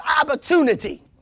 opportunity